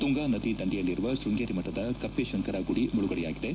ತುಂಗಾ ನದಿ ದಂಡೆಯಲ್ಲಿರುವ ಶೃಂಗೇರಿ ಮಠದ ಕಪ್ಪೆ ಶಂಕರ ಗುಡಿ ಮುಳುಗಡೆಯಾಗಿದೆ